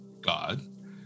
God